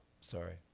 sorry